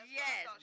yes